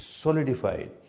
solidified